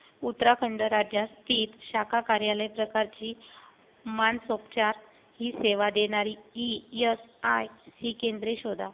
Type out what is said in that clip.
उत्तराखंड राज्यात स्थित शाखा कार्यालय प्रकारची मानसोपचार ही सेवा देणारी ई यस आय सी केंद्रे शोधा